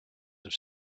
have